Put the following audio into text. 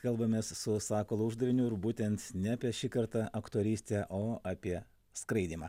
kalbamės su sakalu uždaviniu ir būtent ne apie šį kartą aktorystę o apie skraidymą